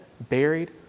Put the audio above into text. buried